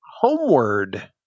Homeward